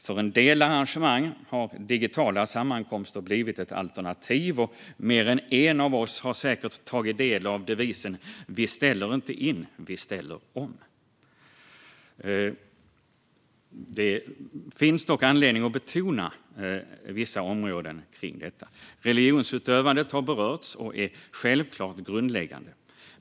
För en del arrangemang har digitala sammankomster blivit ett alternativ, och mer än en av oss har säkert tagit del av devisen "vi ställer inte in, vi ställer om". Det finns dock anledning att betona vissa områden kring detta. Religionsutövandet har berörts och är självklart grundläggande.